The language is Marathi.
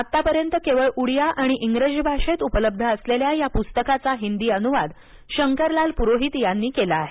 आतापर्यंत केवळ उडिया आणि इंग्रजी भाषेत उपलब्ध असलेल्या या पुस्तकाचा हिदी अनुवाद शंकरलाल पुरोहित यांनी केला आहे